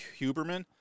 Huberman